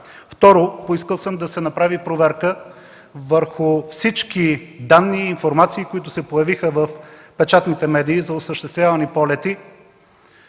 Второ, поискал съм да се направи проверка върху всички данни и информации, които се появиха в печатните медии за осъществявани полети